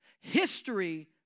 History